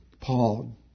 Paul